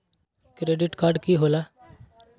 Credit card की होला?